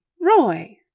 Roy